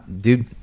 dude